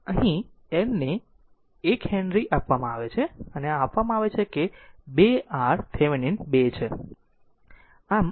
અહીં L ને 1 henry આપવામાં આવે છે અને આ આપવામાં આવે છે કે 2 R થેવેનિન 2 છે